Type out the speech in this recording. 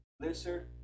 Blizzard